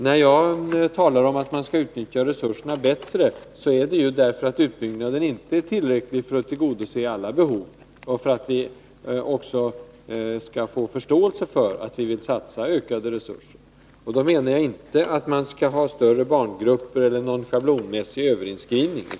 När jag talar om att man bör utnyttja resurserna bättre är det ju därför att utbyggnaden inte är tillräcklig för att tillgodose alla behov, och därför att vi vill vinna förståelse för att det måste satsas ökade resurser. Då menar jag inte att man skall ha större barngrupper eller någon schablonmässig överinskrivning.